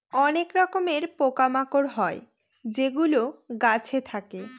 অনেক রকমের পোকা মাকড় হয় যেগুলো গাছে থাকে